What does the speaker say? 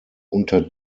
unter